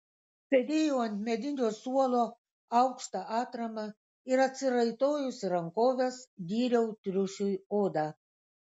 sėdėjau ant medinio suolo aukšta atrama ir atsiraitojusi rankoves dyriau triušiui odą